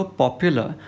popular